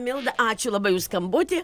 milda ačiū labai už skambutį